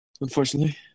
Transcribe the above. Unfortunately